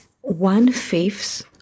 one-fifth